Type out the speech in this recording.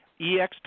EXP